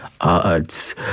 arts